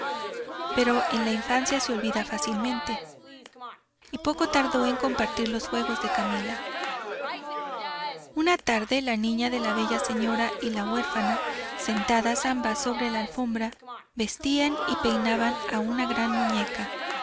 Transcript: pero en la infancia se olvida fácilmente y poco tardó en compartir los juegos de camila una tarde la hija de la bella señora y la huérfana sentadas ambas sobre la alfombra vestían y peinaban una gran muñeca